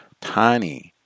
tiny